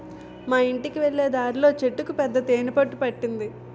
మా యింటికి వెళ్ళే దారిలో చెట్టుకు పెద్ద తేనె పట్టు పట్టింది